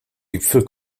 gipfel